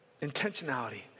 intentionality